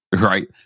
Right